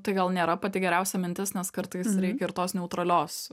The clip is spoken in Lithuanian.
tai gal nėra pati geriausia mintis nes kartais reikia ir tos neutralios